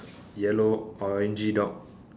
yellow orangey dog